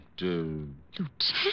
Lieutenant